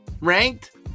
Ranked